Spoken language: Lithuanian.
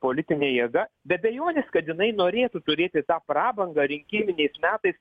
politinė jėga be abejonės kad jinai norėtų turėti tą prabangą rinkiminiais metais